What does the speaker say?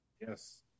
Yes